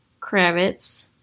Kravitz